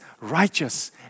righteous